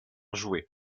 jouet